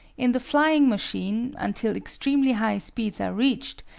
in the flying machine, until extremely high speeds are reached,